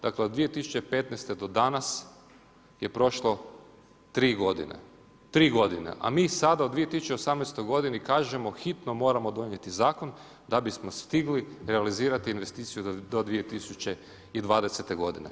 Dakle od 2015. do danas je prošlo 3 godine, 3 godine, a mi sada u 2018. godini kažemo hitno moramo donijeti zakon da bismo stigli realizirati investiciju do 2020. godine.